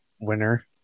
winner